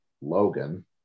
Logan